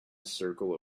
circle